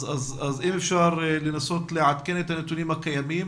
אז אם אפשר לנסות לעדכן את הנתונים הקיימים